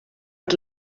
per